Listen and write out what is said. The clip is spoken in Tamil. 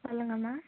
சொல்லுங்கம்மா